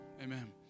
Amen